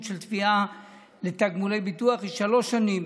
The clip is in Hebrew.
של תביעה לתגמולי ביטוח היא שלוש שנים